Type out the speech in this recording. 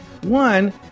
One